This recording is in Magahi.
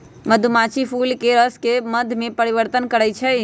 मधुमाछी फूलके रसके मध में परिवर्तन करछइ